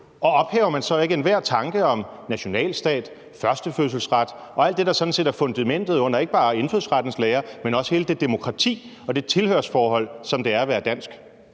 Og ophæver man så ikke enhver tanke om nationalstat, førstefødselsret og alt det, der sådan set er fundamentet under ikke bare indfødsrettens lære, men også hele det demokrati og det tilhørsforhold, som det er at være dansk?